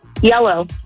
Yellow